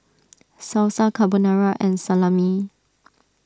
Salsa Carbonara and Salami